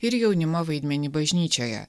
ir jaunimo vaidmenį bažnyčioje